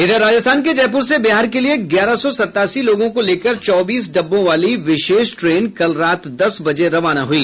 इधर राजस्थान के जयपूर से बिहार के लिए ग्यारह सौ सतासी लोगों को लेकर चौबीस डिब्बों वाली विशेष ट्रेन कल रात दस बजे रवाना हुई